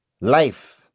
life